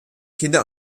kinder